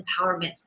empowerment